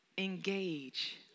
Engage